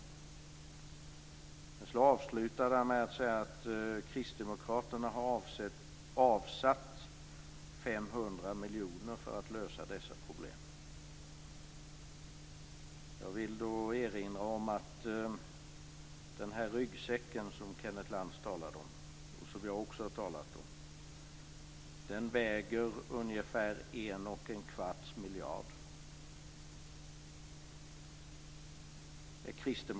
Men så avslutade han med att säga att kristdemokraterna har avsatt 500 miljoner för att lösa dessa problem. Jag vill erinra om att den ryggsäck som Kenneth Lantz talade om, och som jag också har talat om, väger ungefär 1 1⁄4 miljard.